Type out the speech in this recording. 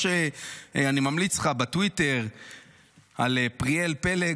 אני ממליץ לך בטוויטר על פריאל פלג,